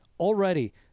Already